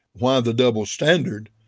why the double standard?